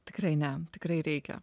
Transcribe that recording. tikrai ne tikrai reikia